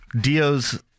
Dio's